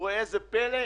וראה איזה פלא,